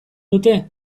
dute